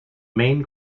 main